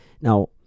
Now